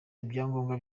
ibyangombwa